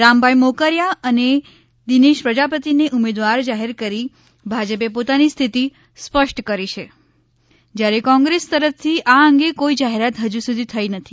રામભાઇ મોકરિયા અને દિનેશ પ્રજાપતિને ઉમેદવાર જાહેર કરી ભાજપે પોતાની સ્થિતિ સ્પષ્ટ કરી છે જ્યારે કોંગ્રેસ તરફ થી આ અંગે કોઈ જાહેરાત હજુ સુધી થઈ નથી